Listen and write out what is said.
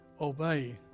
obey